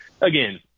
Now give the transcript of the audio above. again